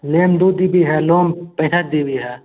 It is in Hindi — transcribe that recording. लेम दो जी बी है लोम पैंसठ जी बी है